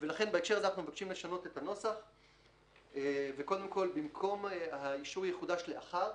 לכן בהקשר הזה אנחנו מבקשים לשנות את הנוסח ובמקום "האישור יחודש לאחר"